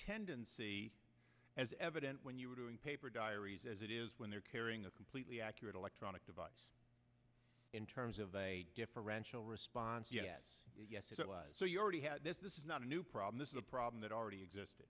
tendency as evident when you were doing paper diaries as it is when they're carrying a completely accurate electronic device in terms of a differential response yes yes it was so you already had this this is not a new problem this is a problem that already